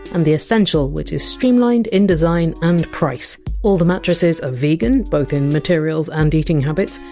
and the essential, which is streamlined in design and price. all the mattresses are vegan, both in materials and eating habits,